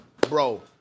bro